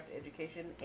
Education